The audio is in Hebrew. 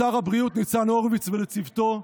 לשר הבריאות ניצן הורוביץ ולצוותו,